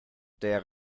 der